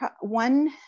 one